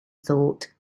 thought